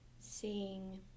seeing